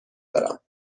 دارم